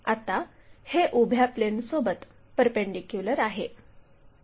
आता हे उभ्या प्लेनसोबत परपेंडीक्युलर आहे